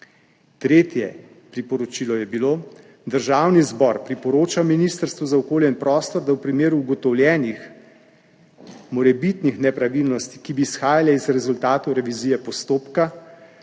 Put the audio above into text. Tretje priporočilo je bilo: »Državni zbor priporoča Ministrstvu za okolje in prostor, da v primeru ugotovljenih morebitnih nepravilnosti, ki bi izhajale iz rezultatov revizije postopkov,